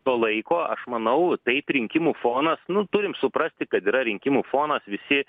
to laiko aš manau taip rinkimų fonas nu turim suprasti kad yra rinkimų fonas visi